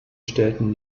stellten